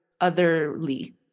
otherly